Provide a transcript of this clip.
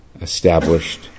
established